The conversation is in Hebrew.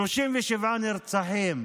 עד עכשיו 37 נרצחים.